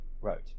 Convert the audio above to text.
wrote